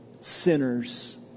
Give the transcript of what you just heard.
sinners